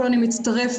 אני רוצה בקצרה,